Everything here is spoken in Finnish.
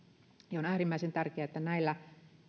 on äärimmäisen tärkeää että näillä